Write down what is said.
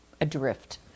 adrift